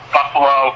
Buffalo